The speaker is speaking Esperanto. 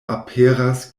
aperas